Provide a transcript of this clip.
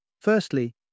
Firstly